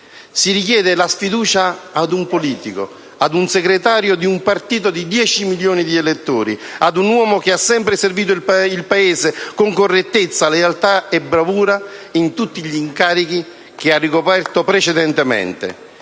Si richiede la sfiducia ad un politico, al segretario di un partito di dieci milioni di elettori, ad un uomo che ha sempre servito il Paese con correttezza, lealtà e bravura in tutti gli incarichi che ha ricoperto precedentemente